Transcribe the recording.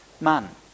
man